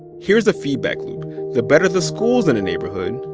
here's a feedback loop the better the schools in a neighborhood,